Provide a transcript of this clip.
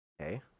okay